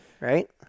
right